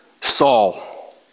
Saul